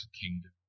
Kingdom